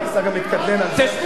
שבו בבקשה.